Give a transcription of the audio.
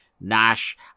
Nash